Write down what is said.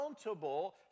accountable